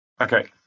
Okay